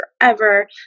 forever